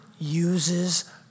uses